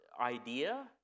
idea